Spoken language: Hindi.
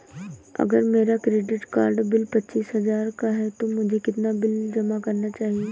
अगर मेरा क्रेडिट कार्ड बिल पच्चीस हजार का है तो मुझे कितना बिल जमा करना चाहिए?